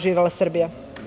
Živela Srbija!